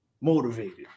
motivated